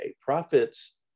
prophets